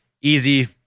easy